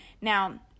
Now